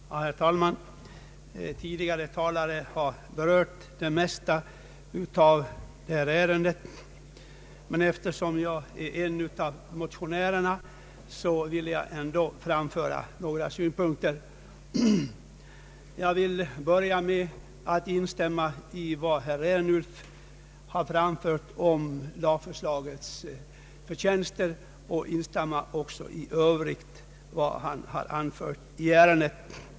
Herr talman! Tidigare talare har berört det mesta i detta ärende, men eftersom jag är en av motionärerna vill jag ändock framföra några synpunkter. Jag vill börja med att instämma i vad herr Ernulf har anfört om lagförslagets förtjänster. Jag instämmer också i vad han i övrigt har anfört i ärendet.